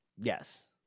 Yes